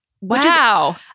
Wow